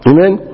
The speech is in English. Amen